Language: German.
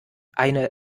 eine